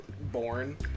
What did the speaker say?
born